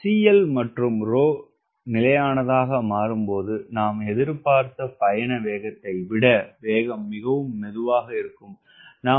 CL மற்றும் ρ நிலையானதாக மாறும்போது நாம் எதிர்பார்த்த பயண வேகத்தை விட வேகம் மிகவும் மெதுவாக மாறும்